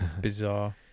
bizarre